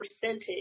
percentage